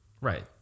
Right